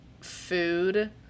food